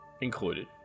included